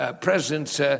presence